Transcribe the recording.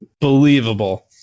believable